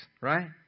right